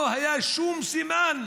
לא היה שום סימן